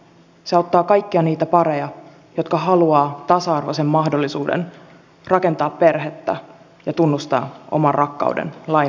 se auttaa kaikkia niitä pareja jotka haluavat tasa arvoisen mahdollisuuden rakentaa perhettä ja tunnustaa oman rakkauden lain edessä